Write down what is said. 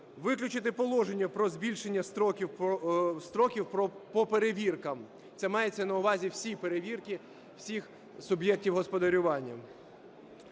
Виключити положення про збільшення строків по перевіркам, це мається на увазі всі перевірки всіх суб'єктів господарювання.